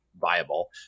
viable